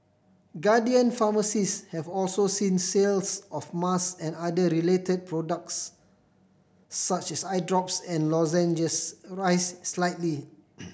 Guardian Pharmacies have also seen sales of mass and other related products such as eye drops and lozenges arise slightly